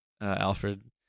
Alfred